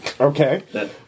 Okay